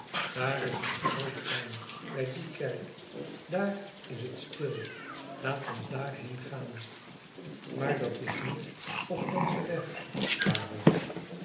daar is een groot plein bij die kerk daar is het stil laat ons daarheen gaan maar dat is niet op onzen weg karel